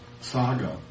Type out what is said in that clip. Saga